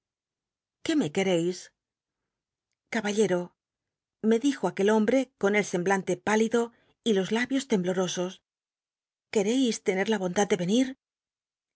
qué me quereis caballero me dijo aquel hombrc con el semblante pálido y los labios temblorosos quercis tener la bondad de eni